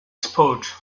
sport